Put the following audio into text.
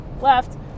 left